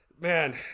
man